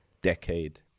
decade